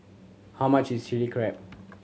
how much is Chilli Crab